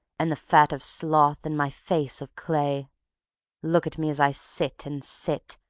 and the fat of sloth, and my face of clay look at me as i sit and sit,